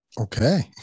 Okay